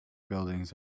buildings